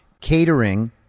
catering